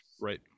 Right